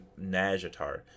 najatar